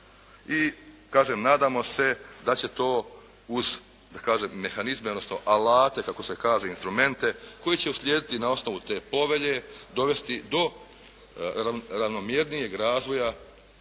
I kažem nadamo se da će to uz da kažem mehanizme, odnosno alate, kako se kaže elemente koji će uslijediti na osnovu te Povelje, dovesti do ravnomjernijeg razvoja